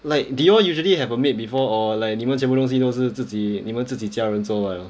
like did y'all usually have a maid before or like 你们全部东西都是自己你们自己家人做